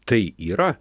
tai yra